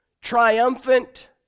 Triumphant